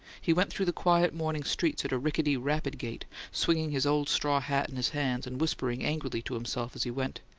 he went through the quiet morning streets at a rickety, rapid gait, swinging his old straw hat in his hands, and whispering angrily to himself as he went.